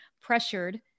pressured